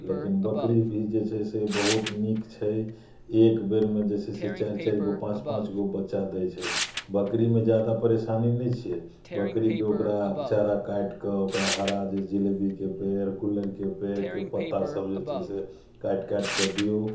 लेकिन बकरी भी जे छै से बहुत नीक छै एक बेरमे जे छै से चारि चारि गो पाँच पाँच गो बच्चा दै छै बकरीमे जादा परेशानी नहि छियै बकरीके ओकरा चारा काटिकऽ ओकरा हरा जे जिलेबीके पेड़ गुल्लड़िके पेड़के पत्ता सब जे छै से काटि काटिके दियौ